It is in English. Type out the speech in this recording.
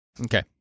Okay